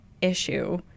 issue